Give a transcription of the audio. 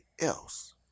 else